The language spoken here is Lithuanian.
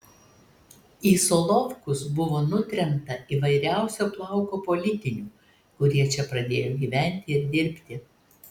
į solovkus buvo nutremta įvairiausio plauko politinių kurie čia pradėjo gyventi ir dirbti